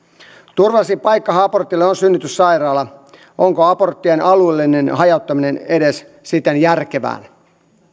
turvallisin paikkahan abortille on synnytyssairaala onko aborttien alueellinen hajauttaminen edes sitten järkevää